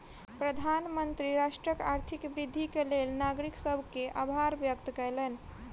प्रधानमंत्री राष्ट्रक आर्थिक वृद्धिक लेल नागरिक सभ के आभार व्यक्त कयलैन